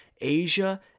Asia